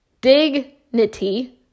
dignity